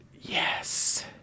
Yes